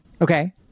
Okay